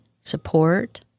support